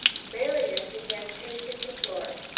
marian began pacing the floor.